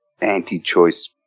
anti-choice